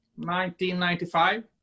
1995